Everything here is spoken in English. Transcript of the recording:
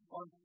on